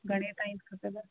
घणे ताईं खपेव